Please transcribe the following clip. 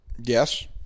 Yes